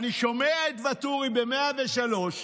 אני שומע את ואטורי ב-103.